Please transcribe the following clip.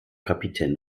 kapitän